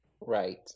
Right